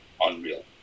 unreal